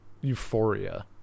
Euphoria